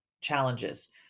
challenges